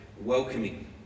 welcoming